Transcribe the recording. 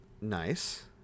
nice